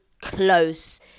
close